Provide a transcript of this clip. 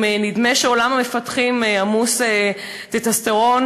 אם נדמה שעולם המפתחים עמוס טסטוסטרון,